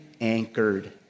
anchored